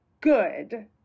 good